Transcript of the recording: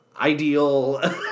ideal